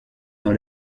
dans